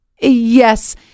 Yes